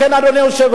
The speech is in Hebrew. לכן, אדוני היושב-ראש,